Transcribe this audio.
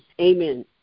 amen